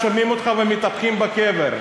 נא לאפשר לו לדבר.